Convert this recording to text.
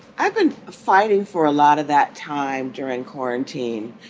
i've been fighting for a lot of that time during quarantine,